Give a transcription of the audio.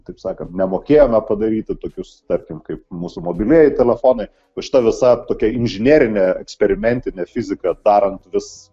taip sakant nemokėjome padaryti tokius tarkim kaip mūsų mobilieji telefonai o šita visa tokia inžinerinė eksperimentinė fizika darant vis